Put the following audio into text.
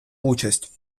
участь